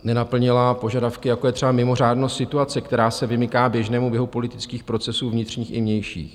Nenaplnila požadavky, jako je třeba mimořádnost situace, která se vymyká běžnému běhu politických procesů vnitřních i vnějších.